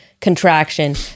contraction